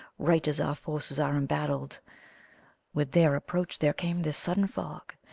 right as our forces are embattled with their approach there came this sudden fog,